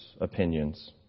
opinions